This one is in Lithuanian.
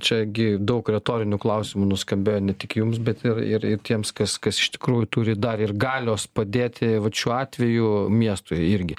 čia gi daug retorinių klausimų nuskambėjo ne tik jums bet ir ir tiems kas kas iš tikrųjų turi dar ir galios padėti vat šiuo atveju miestui irgi